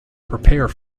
prepare